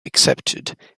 accepted